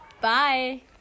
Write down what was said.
Bye